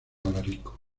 alarico